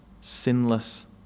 sinless